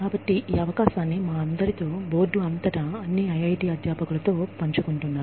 కాబట్టి ఈ అవకాశాన్ని మా అందరితో బోర్డు అంతటా అన్ని IIT అధ్యాపకులతో పంచుకుంటున్నారు